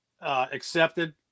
accepted